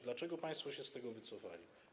Dlaczego państwo się z tego wycofali?